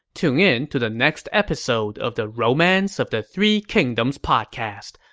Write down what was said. tune in to the next episode of the romance of the three kingdoms podcast.